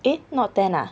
eh not ten ah